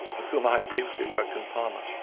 with whom i had previously worked in parma.